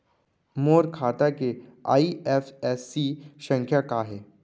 मोर खाता के आई.एफ.एस.सी संख्या का हे?